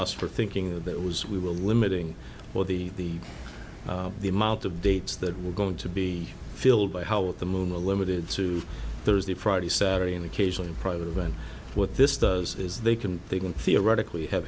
us for thinking that was we were limiting what the the amount of dates that were going to be filled by how with the moon are limited to thursday friday saturday and occasionally a private event what this does is they can they can theoretically have